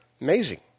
Amazing